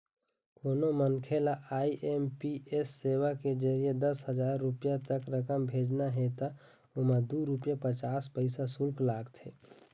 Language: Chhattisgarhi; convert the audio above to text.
कोनो मनखे ल आई.एम.पी.एस सेवा के जरिए दस हजार रूपिया तक रकम भेजना हे त ओमा दू रूपिया पचास पइसा सुल्क लागथे